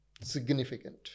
Significant